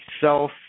self